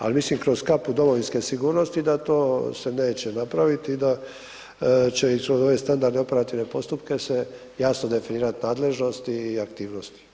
Ali mislim kroz kapu Domovinske sigurnosti da to se neće napraviti i da će i sve ove standarde operativne postupke se jasno definirati nadležnosti i aktivnosti.